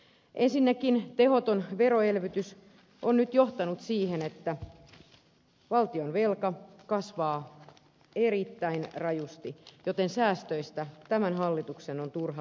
ensinnäkin tehoton veroelvytys on nyt johtanut siihen että valtionvelka kasvaa erittäin rajusti joten säästöistä tämän hallituksen on turha puhua